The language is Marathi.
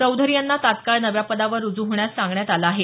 चौधरी यांना तत्काळ नव्या पदावर रुजू होण्यास सांगण्यात आलं आहे